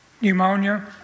pneumonia